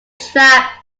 trap